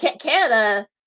Canada